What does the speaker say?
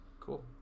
cool